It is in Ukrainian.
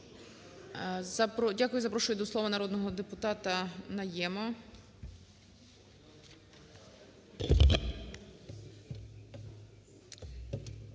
Дякую. Запрошую до слова народного депутатаНайєма.